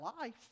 life